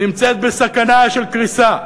נמצאת בסכנה של קריסה,